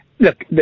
Look